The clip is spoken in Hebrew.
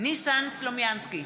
ניסן סלומינסקי,